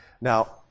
Now